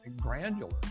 granular